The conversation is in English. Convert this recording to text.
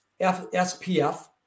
SPF